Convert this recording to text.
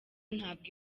ntabwo